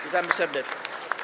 Witamy serdecznie.